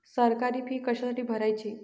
सरकारी फी कशासाठी भरायची